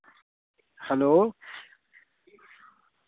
hello